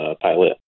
pilot